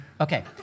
Okay